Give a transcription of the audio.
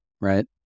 right